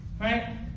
right